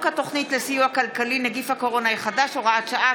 התוכנית לסיוע כלכלי (נגיף הקורונה החדש) (הוראת שעה),